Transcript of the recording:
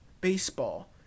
baseball